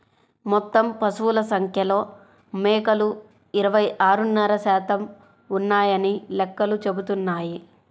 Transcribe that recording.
మొత్తం పశువుల సంఖ్యలో మేకలు ఇరవై ఆరున్నర శాతం ఉన్నాయని లెక్కలు చెబుతున్నాయి